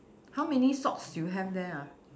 how many socks you have there ah